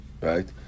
Right